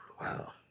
wow